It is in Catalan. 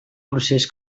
procés